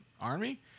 Army